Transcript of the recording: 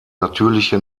natürliche